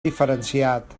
diferenciat